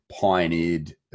pioneered